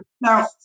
Now